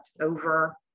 over